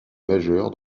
majeure